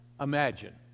imagine